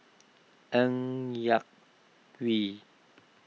Ng Yak Whee